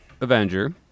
Avenger